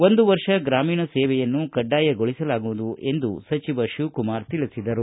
ಒಂದು ವರ್ಷ ಗ್ರಾಮೀಣ ಸೇವೆಯನ್ನು ಕಡ್ಡಾಯಗೊಳಿಸಲಾಗುವುದು ಎಂದು ಸಚಿವರು ತಿಳಿಸಿದರು